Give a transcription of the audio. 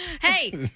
hey